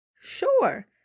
Sure